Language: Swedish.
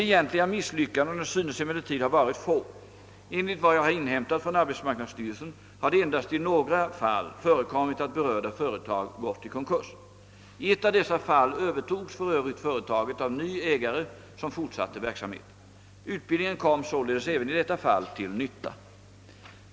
De egentliga misslyckandena synes emellertid ha varit få. Enligt vad jag har inhämtat från arbetsmarknadsstyrelsen har det endast i några fall förekommit att berörda företag gått i konkurs. I ett av dessa fall övertogs för övrigt företaget av ny ägare som fortsatte verksamheten. Utbildningen kom således även i detta fall till nytta.